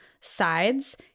sides